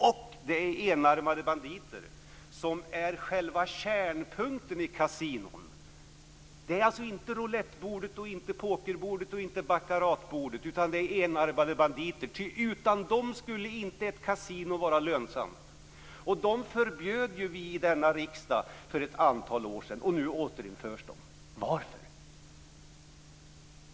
Och det är enarmade banditer som är själva kärnpunkten i kasinoverksamhet. Det är inte roulettbordet, inte pokerbordet, inte baccaratbordet, utan det är enarmade banditer, ty utan dem skulle inte ett kasino vara lönsamt. Vi förbjöd dem i denna riksdag för ett antal år sedan, och nu återinförs de. Varför?